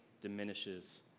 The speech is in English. diminishes